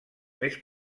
més